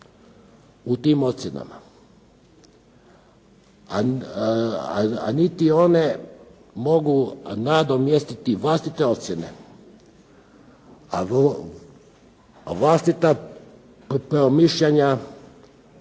u tim ocjenama, a niti one mogu nadomjestiti vlastite ocjene. Vlastita promišljanja